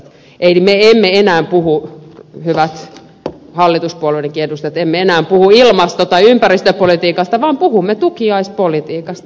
eli me emme enää puhu hyvät hallituspuolueidenkin edustajat ilmasto tai ympäristöpolitiikasta vaan puhumme tukiaispolitiikasta